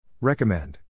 Recommend